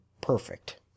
perfect